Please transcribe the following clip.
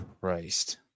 Christ